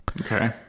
Okay